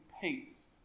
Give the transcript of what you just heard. peace